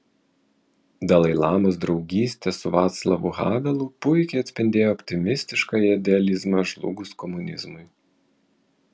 dalai lamos draugystė su vaclavu havelu puikiai atspindėjo optimistišką idealizmą žlugus komunizmui